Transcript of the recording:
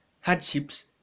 hardships